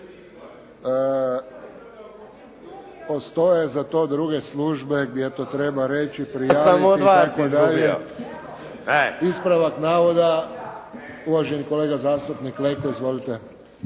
Postoje za to druge službe gdje to treba reći. Ispravak navoda, uvaženi kolega zastupnik Leko. Izvolite.